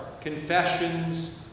confessions